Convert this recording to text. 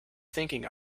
thinking